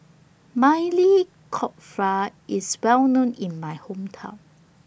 Maili Kofta IS Well known in My Hometown